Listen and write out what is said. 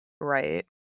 Right